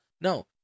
no